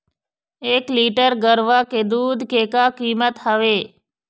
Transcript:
एक लीटर गरवा के दूध के का कीमत हवए?